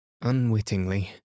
Unwittingly